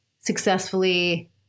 successfully